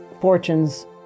fortunes